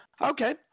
Okay